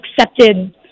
accepted